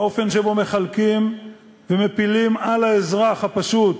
באופן שבו מחלקים ומפילים על האזרח הפשוט